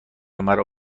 مرا